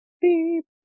beep